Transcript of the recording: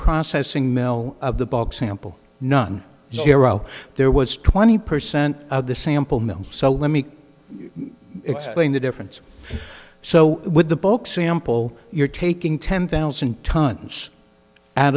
processing mill of the bug sample none zero there was twenty percent of the sample mill so let me explain the difference so with the book sample you're taking ten thousand tons out